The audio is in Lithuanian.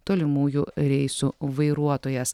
tolimųjų reisų vairuotojas